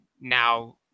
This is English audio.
Now